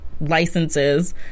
licenses